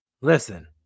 listen